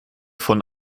von